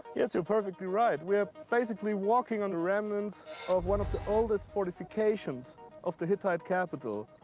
yes, you're perfectly right. we're basically walking on the remnants of one of the oldest fortifications of the hittite capital,